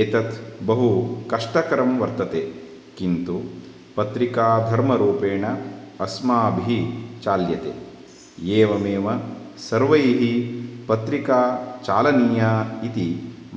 एतत् बहु कष्टकरं वर्तते किन्तु पत्रिकाधर्मरूपेण अस्माभिः चाल्यते एवमेव सर्वैः पत्रिका चालनीया इति